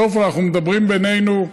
בסוף אנחנו מדברים בינינו.